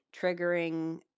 triggering